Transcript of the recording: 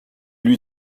lui